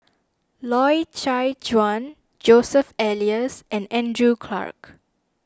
Loy Chye Chuan Joseph Elias and Andrew Clarke